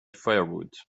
firewood